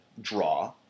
draw